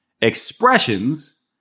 expressions